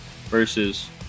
versus